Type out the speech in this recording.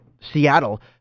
Seattle